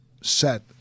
set